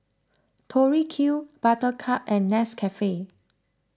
Tori Q Buttercup and Nescafe